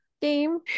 game